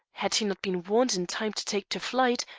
had he not been warned in time to take to flight,